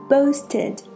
Boasted